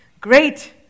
Great